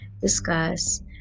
discuss